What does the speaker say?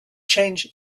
change